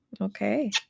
Okay